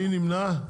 מי נמנע?